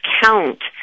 count